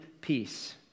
peace